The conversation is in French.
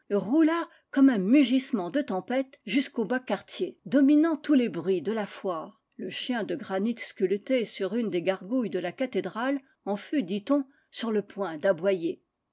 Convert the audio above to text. comme un mugissement de tempête jusqu'aux bas quartiers dominant tous les bruits de la foire le chien de granit sculpté sur une des gargouilles de la cathédrale en fut dit-on sur le point